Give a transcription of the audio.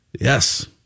yes